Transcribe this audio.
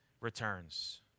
returns